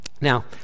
Now